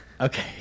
Okay